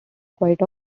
quite